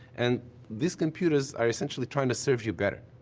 and these computers are essentially trying to serve you better.